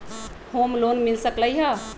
Home loan मिल सकलइ ह?